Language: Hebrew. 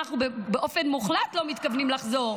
אנחנו באופן מוחלט לא מתכוונים לחזור.